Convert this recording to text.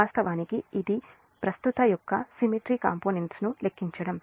వాస్తవానికి ఇది ప్రస్తుత యొక్క సిమెట్రీ కాంపోనెంట్స్ ను లెక్కించడం